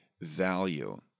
value